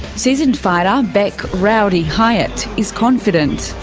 seasoned fighter, bec rowdy hyatt, is confident.